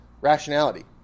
rationality